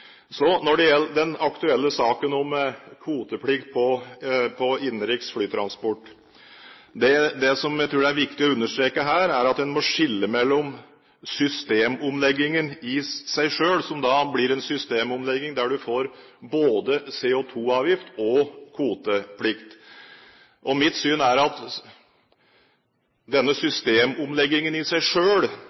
den aktuelle saken om kvoteplikt på innenriks flytransport. Det som jeg tror det er viktig å understreke her, er at en må se på systemomleggingen i seg selv, som blir en systemomlegging der en får både CO2-avgift og kvoteplikt. Mitt syn er at denne systemomleggingen i seg